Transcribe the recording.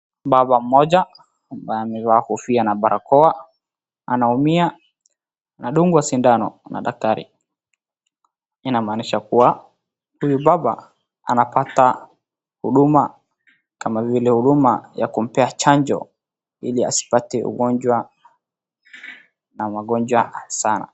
Baba mmoja ambaye amevaa kofia na barakoa anaumia, anadungwa sindano na daktari. Hii inamaanisha kuwa huyu baba anapata huduma kama vile huduma ya kumpea chanjo ili asipate ugonjwa na magonjwa sana.